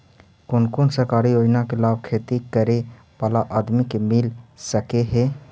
कोन कोन सरकारी योजना के लाभ खेती करे बाला आदमी के मिल सके हे?